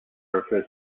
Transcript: refer